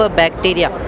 bacteria